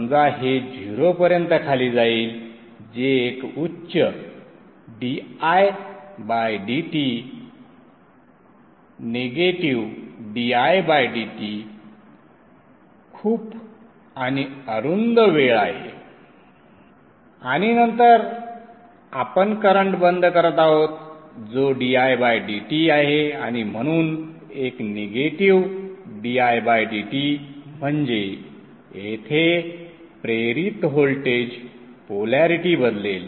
समजा हे 0 पर्यंत खाली जाईल जे एक उच्च didtनिगेटिव्ह didt खूप आणि अरुंद वेळ आहे आणि नंतर आपण करंट बंद करत आहोत जो didt आहे आणि म्हणून एक निगेटिव्ह didt म्हणजे येथे प्रेरित व्होल्टेज पोल्यारिटी बदलेल